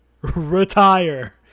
Retire